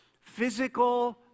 physical